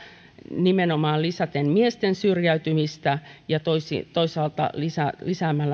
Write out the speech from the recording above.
nimenomaan lisäten miesten syrjäytymistä ja toisaalta lisäten